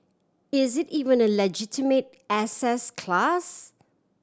is it even a legitimate assets class